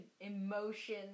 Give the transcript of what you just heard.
emotion